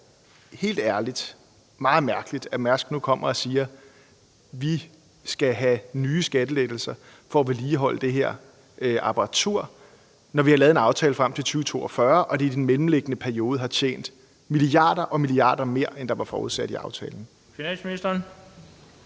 helt ærligt, meget mærkeligt, at Mærsk nu kommer og siger, at de skal have nye skattelettelser for at vedligeholde det her apparatur, når vi har lavet en aftale frem til 2042, og når Mærsk i den mellemliggende periode har tjent milliarder og milliarder mere, end der var forudsat i aftalen. Kl. 13:57 Den